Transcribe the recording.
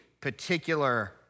particular